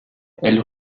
elle